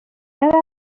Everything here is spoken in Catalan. cada